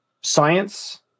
science